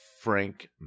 Frank